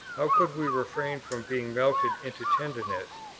how could we refrain from being melted into tenderness,